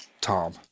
Tom